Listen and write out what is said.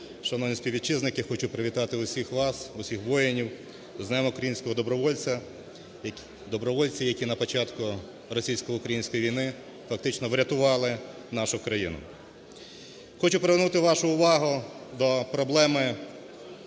шановні співвітчизники! Хочу привітати усіх вас, усіх воїнів з Днем українського добровольця, добровольців, які на початку російсько-української війни, фактично, врятували нашу країну. Хочу привернути вашу увагу до проблеми